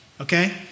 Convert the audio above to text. okay